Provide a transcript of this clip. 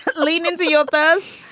lean into your buzz.